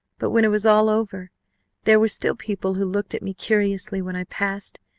but when it was all over there were still people who looked at me curiously when i passed,